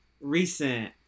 recent